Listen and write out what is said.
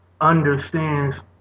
understands